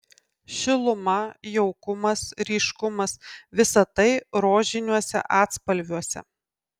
šiluma jaukumas ryškumas visa tai rožiniuose atspalviuose